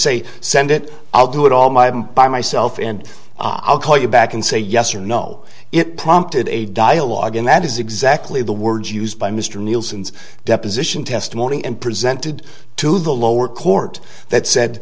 say send it i'll do it all my own by myself and i'll call you back and say yes or no it prompted a dialogue and that is exactly the words used by mr nielsen's deposition testimony and presented to the lower court that said